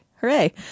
Hooray